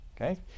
okay